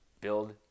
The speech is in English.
build